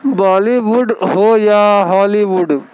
Bollywood ہو یا Hollywood